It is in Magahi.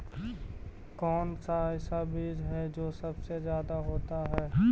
कौन सा ऐसा बीज है जो सबसे ज्यादा होता है?